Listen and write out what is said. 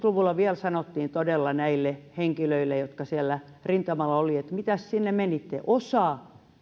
luvulla vielä sanottiin todella näille henkilöille jotka siellä rintamalla olivat että mitäs sinne menitte osa